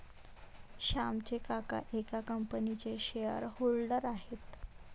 श्यामचे काका एका कंपनीचे शेअर होल्डर आहेत